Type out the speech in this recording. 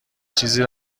چیزی